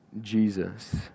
Jesus